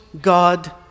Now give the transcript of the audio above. God